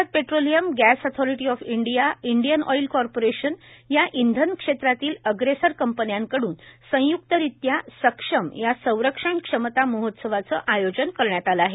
Bharat petroleum gas authority of India GAIL Indian oil corporation या इंधन क्षेत्रातील अग्रेसर कंपन्याकडून संयुक्तरीत्या सक्षम या संरक्षण क्षमता महोत्सवाचे आयोजन करण्यात आले आहे